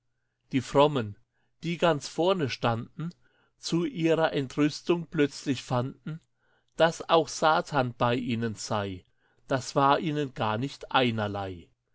die frommen die ganz vorne standen zu ihrer entrüstung plötzlich fanden daß auch satan bei ihnen sei das war ihnen gar nicht einerlei